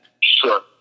Sure